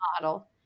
model